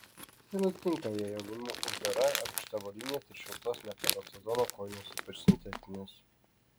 tai nutinka jei avima uždara ankšta avalynė ir šiltos ne pagal sezoną kojinės ypač sintetinės